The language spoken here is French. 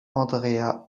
andrea